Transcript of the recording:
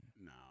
No